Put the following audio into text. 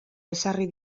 ezarri